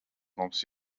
mums